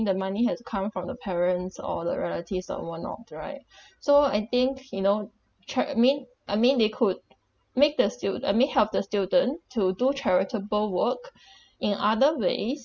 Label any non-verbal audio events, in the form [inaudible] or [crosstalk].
the money has come from the parents or the relatives or whatnot right so I think you know check I mean I mean they could make the student I mean help the student to do charitable work [breath] in other ways